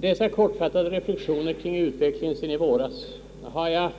Dessa kortfattade reflexioner kring utvecklingen sedan i våras har jag